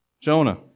Jonah